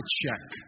check